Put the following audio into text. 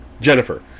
jennifer